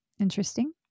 Interesting